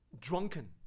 drunken